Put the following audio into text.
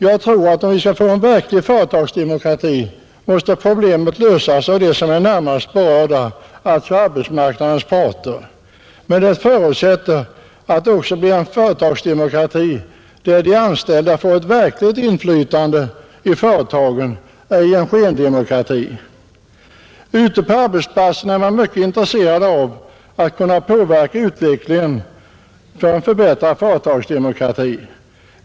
Jag tror att om vi skall få en verklig företagsdemokrati måste problemen lösas av dem som närmast är berörda, alltså arbetsmarknadens parter. Men det förutsätter att det också blir en företagsdemokrati, där de anställda får ett verkligt inflytande i företagen — ej en skendemokrati. Ute på arbetsplatserna är man mycket intresserad av att kunna påverka utvecklingen för en förbättrad företagsdemokrati.